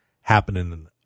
happening